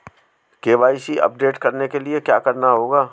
KYC update करने के लिए क्या करना होगा?